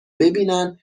ببینن